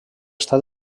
està